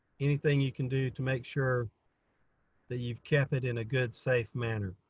anything you can do to make sure that you've kept it in a good safe manner.